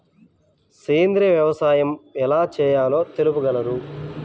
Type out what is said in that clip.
సేంద్రీయ వ్యవసాయం ఎలా చేయాలో తెలుపగలరు?